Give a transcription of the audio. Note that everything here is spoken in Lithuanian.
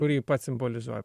kurį pats simbolizuoja